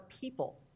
people